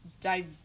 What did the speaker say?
dive